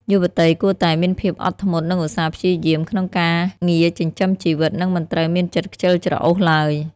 យុវតីគួរតែ "មានភាពអត់ធ្មត់ និងឧស្សាហ៍ព្យាយាម" ក្នុងការងារចិញ្ចឹមជីវិត និងមិនត្រូវមានចិត្តខ្ជិលច្រអូសឡើយ។